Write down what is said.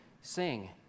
sing